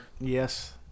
Yes